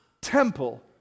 temple